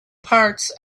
parts